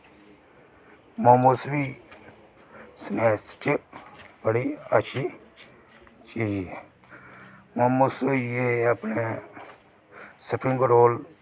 मोमोस बी स्नैक्स च बड़े अच्छी चीज़ मोमोस होई गे अपने स्प्रिंग रोल